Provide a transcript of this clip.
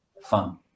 fun